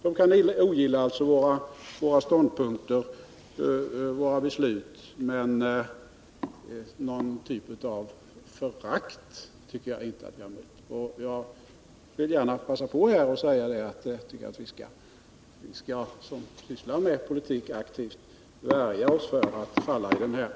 Människor kan alltså ogilla våra ståndpunkter och våra beslut, men jag vill ändå säga att jag inte har stött på någon form av politikerförakt. Jag vill här gärna passa på att säga att vi som aktivt sysslar med politik skall värja oss så att vi inte faller i den gropen.